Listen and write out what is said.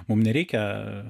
mum nereikia